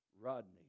Rodney